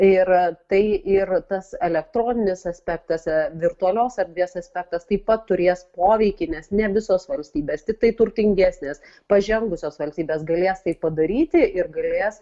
yra tai ir tas elektroninis aspektas virtualios erdvės aspektas taip pat turės poveikį nes ne visos valstybės tiktai turtingesnės pažengusios valstybės galės tai padaryti ir galės